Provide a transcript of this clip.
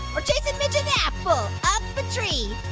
or chasin' midget apple up a tree